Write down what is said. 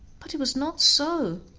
but it was not so